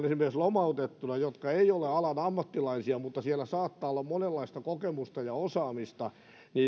esimerkiksi lomautettuina jotka eivät ole alan ammattilaisia mutta joilla saattaa olla monenlaista kokemusta ja osaamista